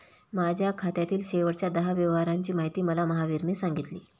माझ्या खात्यातील शेवटच्या दहा व्यवहारांची माहिती मला महावीरने सांगितली